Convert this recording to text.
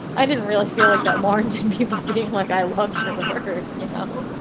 i didn't really feel like that warranted people being like, i loved your work, you know?